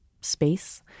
space